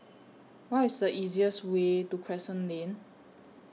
What IS The easiest Way to Crescent Lane